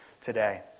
today